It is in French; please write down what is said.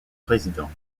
président